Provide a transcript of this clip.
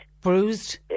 Bruised